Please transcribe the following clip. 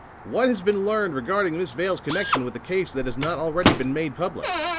what has been learned regarding miss vale's connection with the case that has not already been made public?